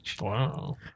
wow